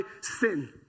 sin